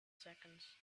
seconds